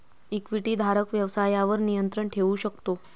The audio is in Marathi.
इक्विटीधारक व्यवसायावर नियंत्रण ठेवू शकतो